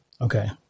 Okay